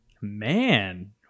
Man